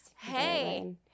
Hey